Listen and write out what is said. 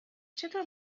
چطور